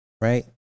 Right